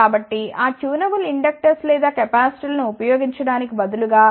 కాబట్టి ఆ tunable inductors లేదా కెపాసిటర్లను ఉపయోగించటానికి బదులుగా